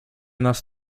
nas